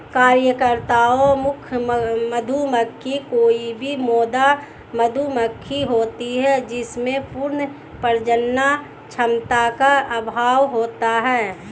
कार्यकर्ता मधुमक्खी कोई भी मादा मधुमक्खी होती है जिसमें पूर्ण प्रजनन क्षमता का अभाव होता है